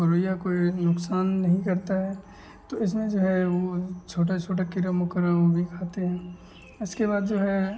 गौरैया को एक नुकसान नहीं करती है तो इसमें जो है वह छोटा छोटा कीड़ा मकोड़ा वह भी खाती है इसके बाद जो है